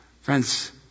Friends